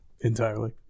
Entirely